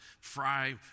Fry